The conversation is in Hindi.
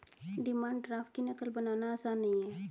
डिमांड ड्राफ्ट की नक़ल बनाना आसान नहीं है